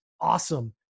awesome